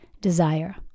desire